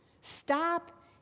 Stop